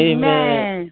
Amen